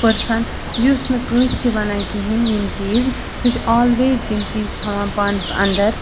person یُس نہٕ کٲنٛسہِ وَنان کِہیٖنۍ یِم چیٖز سُہ چھِ آلویز یِم چیٖز تھاوان پانَس اَندَر